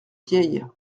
vieille